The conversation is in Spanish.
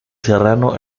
serrano